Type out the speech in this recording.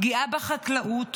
פגיעה בחקלאות,